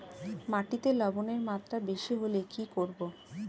মাটিতে লবণের মাত্রা বেশি হলে কি করব?